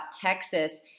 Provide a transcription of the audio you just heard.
Texas